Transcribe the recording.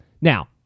Now